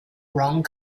wrong